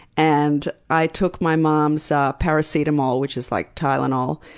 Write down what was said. and i took my mom's ah paracetamol, which is like tylenol,